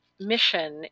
mission